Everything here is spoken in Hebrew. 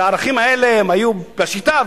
שהערכים האלה היו בשיטה,